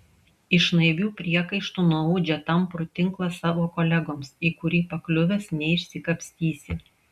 iš naivių priekaištų nuaudžia tamprų tinklą savo kolegoms į kurį pakliuvęs neišsikapstysi